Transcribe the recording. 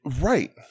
Right